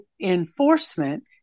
enforcement